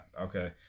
okay